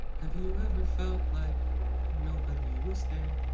have you ever felt like nobody was there?